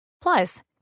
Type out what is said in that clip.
Plus